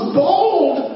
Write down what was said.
bold